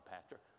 Pastor